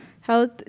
health